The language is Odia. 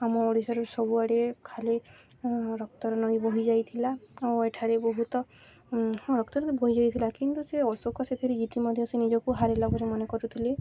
ଆମ ଓଡ଼ିଶାରୁ ସବୁଆଡ଼େ ଖାଲି ରକ୍ତର ନଈ ବୋହି ଯାଇଥିଲା ଓ ଏଠାରେ ବହୁତ ହଁ ରକ୍ତର ନଈ ଯାଇଥିଲା କିନ୍ତୁ ସେ ଅଶୋକ ସେଥିରେ ଜିତି ମଧ୍ୟ ସେ ନିଜକୁ ହାରିଲା ପରି ମନେ କରୁଥିଲେ